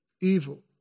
evil